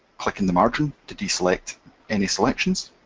click in the margin to deselect any selections,